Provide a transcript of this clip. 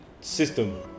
system